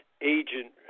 agent